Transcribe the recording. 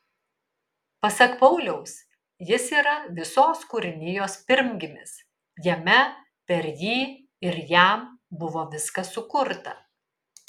pasak pauliaus jis yra visos kūrinijos pirmgimis jame per jį ir jam buvo viskas sukurta